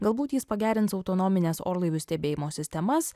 galbūt jis pagerins autonomines orlaivių stebėjimo sistemas